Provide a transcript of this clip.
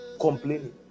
complaining